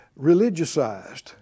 religiousized